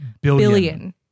billion